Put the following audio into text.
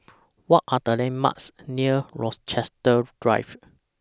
What Are The landmarks near Rochester Drive